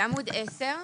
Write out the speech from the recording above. בעמוד 10,